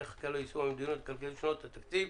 חקיקה ליישום המדיניות הכלכלית לשנות התקציב